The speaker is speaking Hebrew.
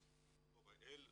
ב-GOV.IL,